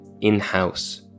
in-house